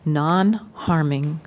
non-harming